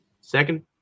Second